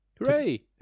Hooray